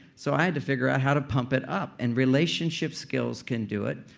so i had to figure out how to pump it up and relationship skills can do it.